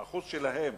האחוז שלהם